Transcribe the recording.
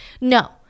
No